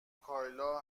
کایلا